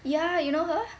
ya you know her